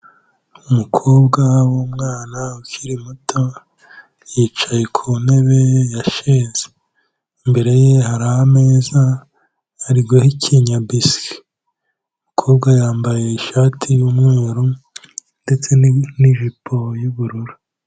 Umukobwa w'umwana ukiri muto, yicaye ku ntebe ya sheze, imbere ye hari ameza, ari guhekenya biswi, umukobwa yambaye ishati y'umweru ndetse n'ijipo y'ubururu.